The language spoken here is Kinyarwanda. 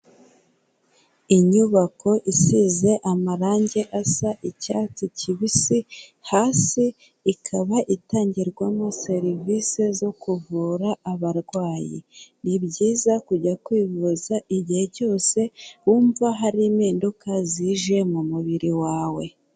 Inyubako isize amarangi asa icyatsi kibisi, hasi ikaba itangirwamo serivisi zo kuvura abarwayi, ni byiza kujya kwivuza igihe cyose wumva hari impinduka zije mu mubiri wawe.